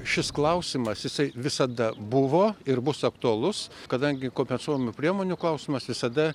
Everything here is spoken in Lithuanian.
šis klausimas jisai visada buvo ir bus aktualus kadangi kompensuojamų priemonių klausimas visada